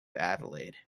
adelaide